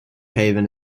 haven